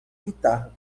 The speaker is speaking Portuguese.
guitarra